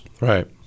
right